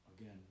again